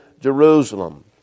Jerusalem